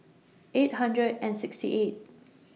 eight hundred and sixty eighth